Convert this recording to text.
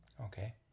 Okay